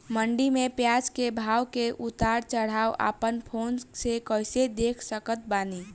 मंडी मे प्याज के भाव के उतार चढ़ाव अपना फोन से कइसे देख सकत बानी?